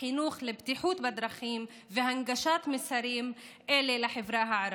החינוך לבטיחות בדרכים והנגשת מסרים אלה לחברה הערבית,